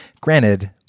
Granted